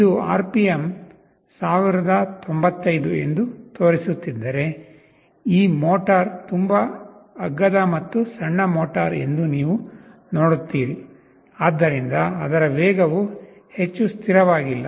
ಇದು RPM 1095 ಎಂದು ತೋರಿಸುತ್ತಿದ್ದರೆ ಈ ಮೋಟರ್ ತುಂಬಾ ಅಗ್ಗದ ಮತ್ತು ಸಣ್ಣ ಮೋಟರ್ ಎಂದು ನೀವು ನೋಡುತ್ತೀರಿ ಆದ್ದರಿಂದ ಅದರ ವೇಗವು ಹೆಚ್ಚು ಸ್ಥಿರವಾಗಿಲ್ಲ